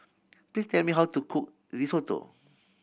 please tell me how to cook Risotto